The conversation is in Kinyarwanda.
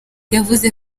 yavuze